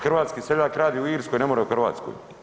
Hrvatski seljak radi u Irskoj, ne more u Hrvatskoj.